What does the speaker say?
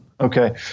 Okay